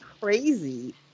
crazy